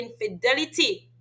infidelity